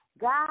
God